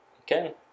Okay